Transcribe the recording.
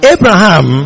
Abraham